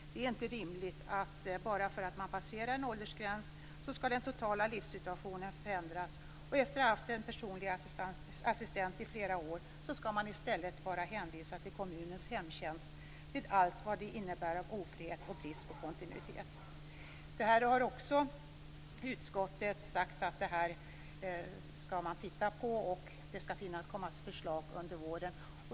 Det är inte rimligt att den totala livssituationen skall förändras bara för att man passerar en åldersgräns. Efter att ha haft en personlig assistent i flera år skall man i stället vara hänvisad till kommunens hemtjänst med allt vad det innebär av ofrihet och brist på kontinuitet. Också detta har utskottet sagt att man skall titta på. Det skall komma förslag under våren.